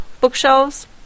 bookshelves